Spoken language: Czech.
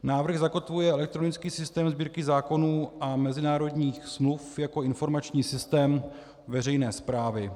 Návrh zakotvuje elektronický systém Sbírky zákonů a mezinárodních smluv jako informační systém veřejné správy.